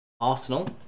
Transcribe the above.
Arsenal